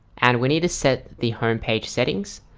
and we need to set the home page settings.